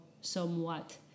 somewhat